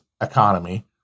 economy